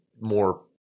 more